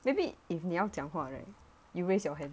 maybe if 你要讲话 right you raise your hand